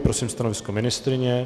Prosím stanovisko ministryně.